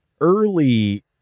early